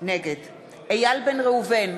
נגד איל בן ראובן,